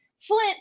Flint